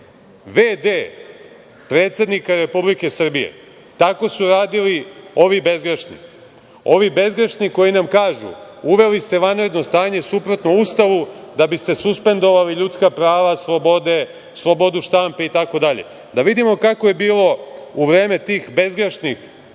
v.d. predsednika Republike Srbije. Tako su radili ovi bezgrešni, ovi bezgrešni koji nam kažu – uveli ste vanredno stanje suprotno Ustavu da biste suspendovali ljudska prava, slobode, slobodu štampe itd. Da vidimo kako je bilo u vreme tih bezgrešnih